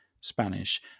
Spanish